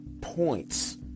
points